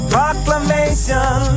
Proclamation